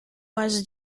was